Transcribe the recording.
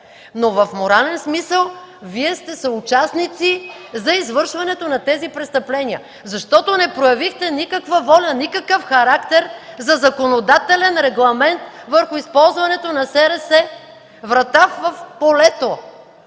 но в морален смисъл Вие сте съучастници за извършването на тези престъпления. Защото не проявихте никаква воля, никакъв характер за законодателен регламент върху използването на СРС – врата в полето.